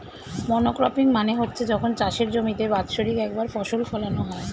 monocropping মানে হচ্ছে যখন চাষের জমিতে বাৎসরিক একবার ফসল ফোলানো হয়